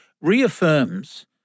reaffirms